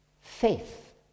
Faith